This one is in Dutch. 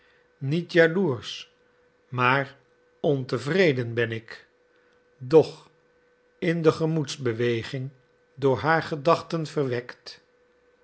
niet jaloersch maar ontevreden ben ik doch in de gemoedsbeweging door haar gedachten verwekt